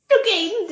Okay